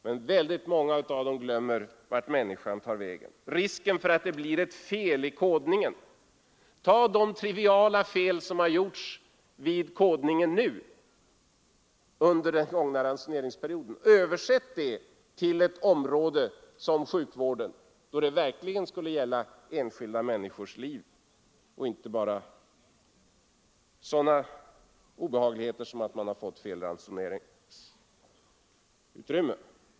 Men väldigt många av dem glömmer vart människan tar vägen, risken för att det blir ett fel i kodningen. Ta det triviala fel som gjorts vid kodningen nu under den gångna ransoneringsperioden! Översätt det till ett område som sjukvården där det verkligen skulle gälla enskilda människors liv och inte bara sådana obehagligheter som att man fått en felaktig ranson.